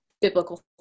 biblical